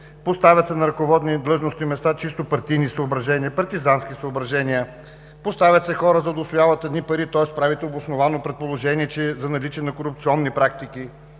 поставят се на ръководни длъжностни места по чисто партийни съображения, партизански съображения. Поставят се хора, за да усвояват едни пари, тоест правите обосновано предположение за наличие на корупционни практики.